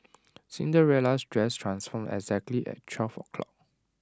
Cinderella's dress transformed exactly at twelve o' clock